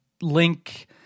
link